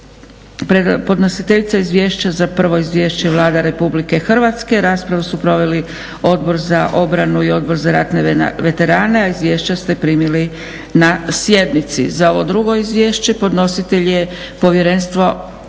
Za ovo drugo izvješće podnositelj je Povjerenstvo na